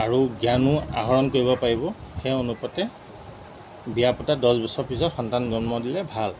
আৰু জ্ঞানো আহৰণ কৰিব পাৰিব সেই অনুপতে বিয়া পতা দহ বছৰ পিছত সন্তান জন্ম দিলে ভাল